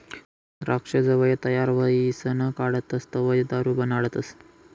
द्राक्ष जवंय तयार व्हयीसन काढतस तवंय दारू बनाडतस